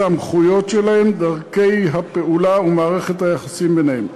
הסמכויות שלהם, דרכי הפעולה ומערכת היחסים ביניהם,